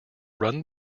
run